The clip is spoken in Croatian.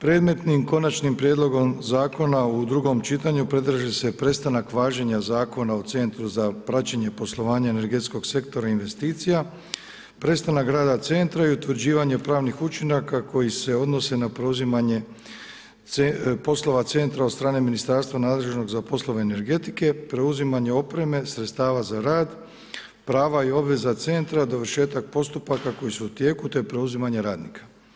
Predmetnim Konačnim prijedlogom zakona u drugom čitanju predlaže se prestanak važenja Zakona o Centru za praćenje poslovanja energetskog sektora i investicija, prestanak rada centra i utvrđivanje pravnih učinaka koji se odnose na preuzimanje poslova centra od strane ministarstva nadležnog za poslove energetike, preuzimanju opreme sredstava za rad, prava i obveza centra, dovršetak postupaka koji su u tijeku te preuzimanje radnika.